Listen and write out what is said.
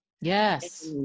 Yes